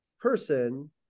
person